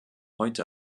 heute